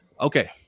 Okay